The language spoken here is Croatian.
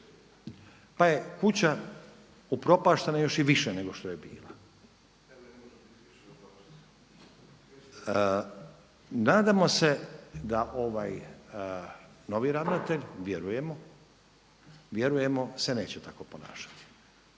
pa je kuća upropaštena još i više nego što je bila. Nadamo se da ovaj novi ravnatelj, vjerujemo se neće tako ponašati